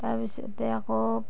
তাৰপিছতে আকৌ